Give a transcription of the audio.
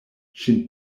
ŝin